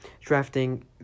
Drafting